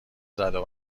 زدو